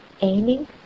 aiming